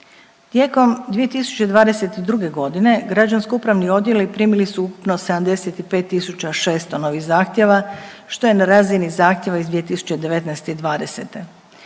tijelom 2022.g. građansko-upravni odjeli primili su ukupno 75.600 novih zahtjeva što je na razini zahtjeva iz 2019. i '20.-te